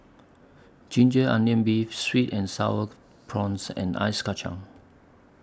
Ginger Onions Beef Sweet and Sour Prawns and Ice Kacang